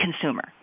consumer